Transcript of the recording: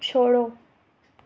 छोड़ो